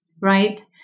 right